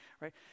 right